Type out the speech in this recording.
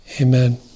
amen